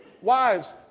Wives